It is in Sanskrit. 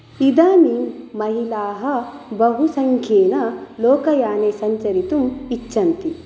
इदानीं महिलाः बहु संख्येन लोकयाने संरचितुम् इच्छन्ति